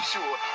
sure